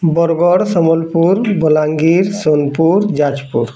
Bargarh Sambalpur Balangir Sonepur Jajpur